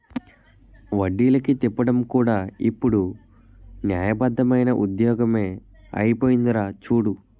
వడ్డీలకి తిప్పడం కూడా ఇప్పుడు న్యాయబద్దమైన ఉద్యోగమే అయిపోందిరా చూడు